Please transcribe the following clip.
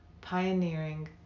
pioneering